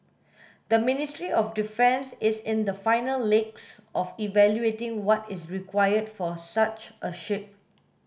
the Ministry of Defence is in the final legs of evaluating what is required for such a ship